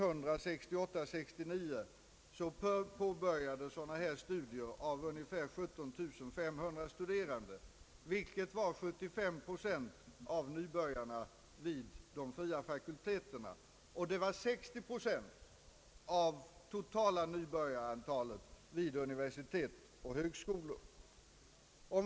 Under 1968/69 påbörjades sådana studier av ungefär 17 500, vilket var 75 procent av nybörjarna vid de fria fakulteterna och 60 procent av det totala nybörjarantalet vid uni versitet och högskolor.